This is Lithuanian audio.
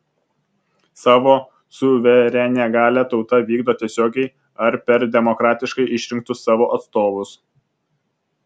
savo suverenią galią tauta vykdo tiesiogiai ar per demokratiškai išrinktus savo atstovus